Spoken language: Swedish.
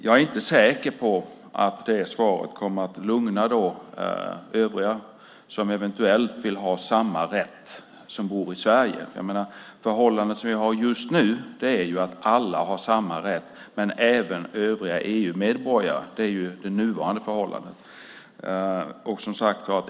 Jag är inte säker på att det svaret kommer att lugna övriga som eventuellt vill ha samma rätt, som bor i Sverige. Förhållandet som vi har just nu är ju att alla har samma rätt, även övriga EU-medborgare. Det är det nuvarande förhållandet.